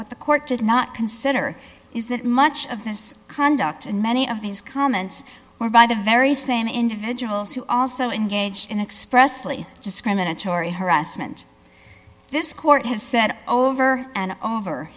what the court did not consider is that much of this conduct and many of these comments were by the very same individuals who also engaged in expressly discriminatory harassment this court has said over and over